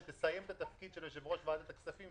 כשתסיים את התפקיד של יושב-ראש ועדת הכספים,